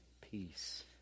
Peace